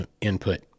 Input